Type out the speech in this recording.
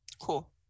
Cool